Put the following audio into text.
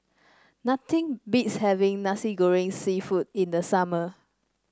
nothing beats having Nasi Goreng seafood in the summer